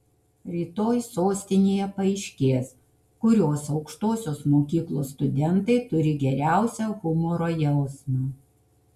rytoj sostinėje paaiškės kurios aukštosios mokyklos studentai turi geriausią humoro jausmą